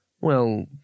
well